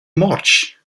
much